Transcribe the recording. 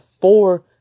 four